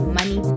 money